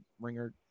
ringer